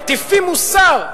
מטיפים מוסר,